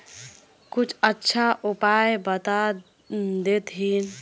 कुछ अच्छा उपाय बता देतहिन?